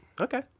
Okay